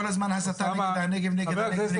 כל הזמן הסתנה נגד הנגב.